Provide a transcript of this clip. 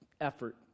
effort